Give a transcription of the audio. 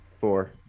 Four